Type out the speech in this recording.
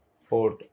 fourth